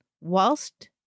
whilst